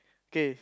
ok